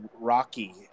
Rocky